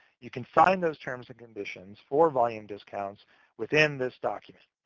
you can find those terms and conditions for volume discounts within this document.